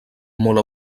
molt